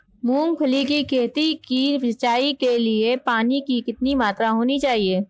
मूंगफली की खेती की सिंचाई के लिए पानी की कितनी मात्रा होनी चाहिए?